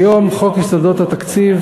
כיום חוק יסודות התקציב,